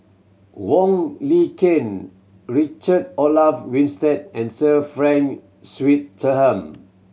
Wong Lin Ken Richard Olaf Winstedt and Sir Frank Swettenham